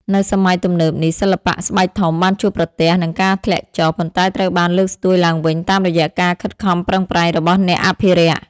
នៅសម័យទំនើបនេះ សិល្បៈស្បែកធំបានជួបប្រទះនឹងការធ្លាក់ចុះ ប៉ុន្តែត្រូវបានលើកស្ទួយឡើងវិញតាមរយៈការខិតខំប្រឹងប្រែងរបស់អ្នកអភិរក្ស។